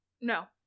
no